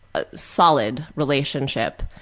ah solid relationship.